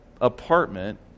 apartment